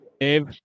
Dave